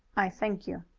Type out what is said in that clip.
i thank you.